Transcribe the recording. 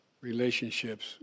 relationships